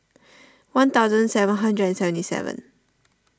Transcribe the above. one thousand seven hundred and seventy seven